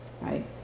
Right